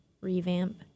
revamp